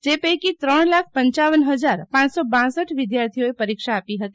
જે પૈકી ત્રણ લાખ પપ હજાર પહર વિદ્યાર્થીઓએ પરીક્ષા આપી હતી